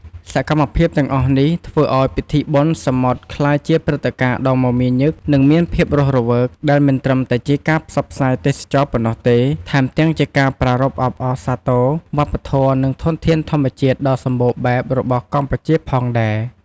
សកម្មភាពទាំងអស់នេះ ធ្វើឲ្យពិធីបុណ្យសមុទ្រក្លាយជាព្រឹត្តិការណ៍ដ៏មមាញឹក និងមានភាពរស់រវើក ដែលមិនត្រឹមតែជាការផ្សព្វផ្សាយទេសចរណ៍ប៉ុណ្ណោះទេ ថែមទាំងជាការប្រារព្ធអបអរសាទរវប្បធម៌ និងធនធានធម្មជាតិដ៏សម្បូរបែបរបស់កម្ពុជាផងដែរ។